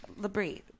Labrie